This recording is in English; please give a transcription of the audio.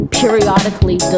periodically